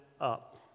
up